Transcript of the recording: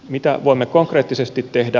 mitä voimme konkreettisesti tehdä